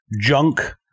junk